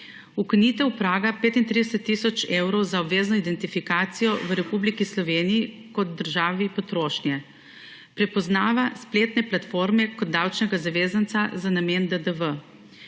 ukinitev praga 35 tisoč evrov za obvezno identifikacijo v Republiki Sloveniji kot državi potrošnje; prepoznava spletne platforme kot davčnega zavezanca za namen DDV;